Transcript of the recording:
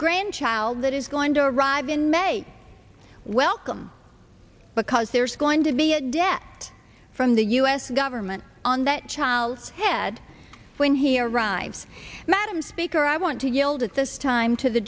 grandchild that is going to arrive in may welcome because there's going to be a debt from the u s government on that child's head when he arrives madam speaker i want to yield at this time to the